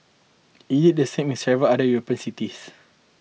it did the same in several other European cities